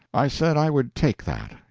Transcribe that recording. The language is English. i said i would take that.